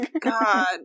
God